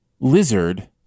Lizard